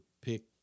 pick